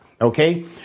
Okay